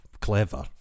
clever